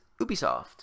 Ubisoft